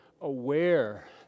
aware